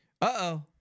Uh-oh